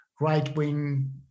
right-wing